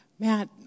Matt